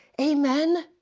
Amen